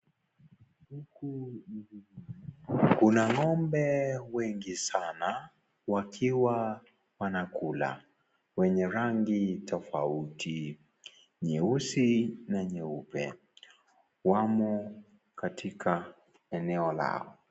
Kuna ngombe wengi sana wakiwa wanakula wenye rangi tofauti nyeusi na nyeupe wamo katika eneo lao.